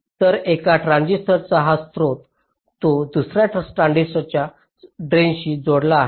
तर एका ट्रान्झिस्टरचा हा स्रोत तो दुसर्या ट्रान्झिस्टरच्या ड्रेनशी जोडलेला आहे